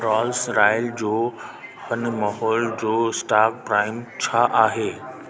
roles Royal जो हिनमहिल जो स्टॉक प्राइम छा आहे